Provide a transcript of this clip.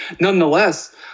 nonetheless